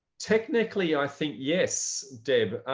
technically, i think yes, deb.